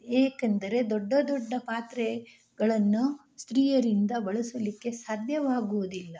ಏಕೆಂದರೆ ದೊಡ್ಡ ದೊಡ್ಡ ಪಾತ್ರೆಗಳನ್ನು ಸ್ತ್ರೀಯರಿಂದ ಬಳಸಲಿಕ್ಕೆ ಸಾಧ್ಯವಾಗುವುದಿಲ್ಲ